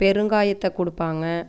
பெருங்காயத்தை கொடுப்பாங்க